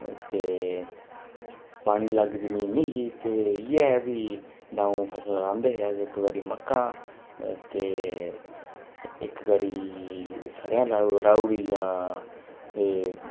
ते पानी लग्ग जमीन ही ते इ'यै फ्ही द'ऊं फसलां लांदे हे अस इक बारी मक्कां ते इक बारी सरेआं लाई राही ओड़ी जां